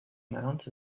amounts